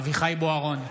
אביחי אברהם בוארון,